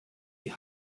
die